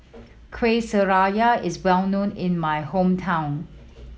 Kueh Syara is well known in my hometown